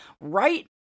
right